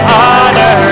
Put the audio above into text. honor